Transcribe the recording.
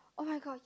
oh-my-god